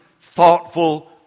thoughtful